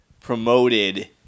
promoted